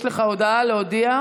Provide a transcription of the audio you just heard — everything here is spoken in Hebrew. מס' 2198. יש לך הודעה להודיע?